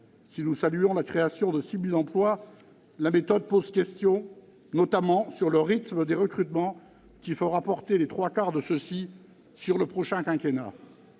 Si nous saluons la création de 6 000 emplois, la méthode pose questions, notamment sur le rythme des recrutements, qui fera porter les trois quarts de ceux-ci sur le prochain quinquennat.